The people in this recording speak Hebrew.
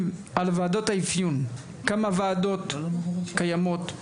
על וועדות האפיון: כמה ועדות קיימות?